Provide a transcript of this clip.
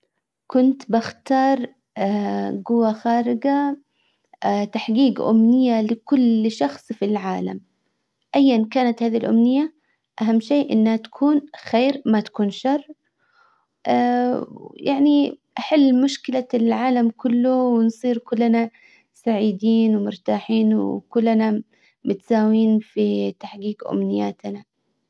كنت بختار قوة خارجة تحقيق امنية لكل شخص في العالم. ايا كانت هذي الامنية اهم شي انها تكون خير ما تكون شر يعني احل مشكلة العالم كله ونصير كلنا سعيدين ومرتاحين وكلنا متساوين في تحقيق امنياتنا.